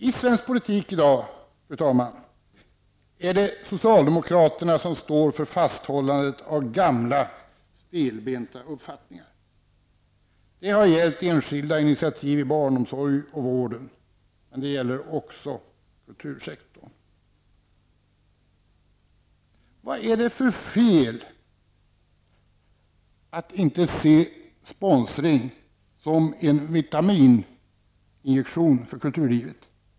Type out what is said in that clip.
I svensk politik i dag står socialdemokraterna för fasthållandet av gamla stelbenta uppfattningar. Det har gällt enskilda initiativ inom barnomsorg och vård, men det gäller också kultursektorn. Vad är det för fel? Varför ser man inte sponsring som en vitamininjektion för kulturlivet?